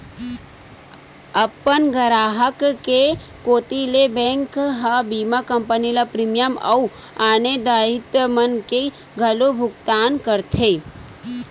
अपन गराहक के कोती ले बेंक ह बीमा कंपनी ल प्रीमियम अउ आने दायित्व मन के घलोक भुकतान करथे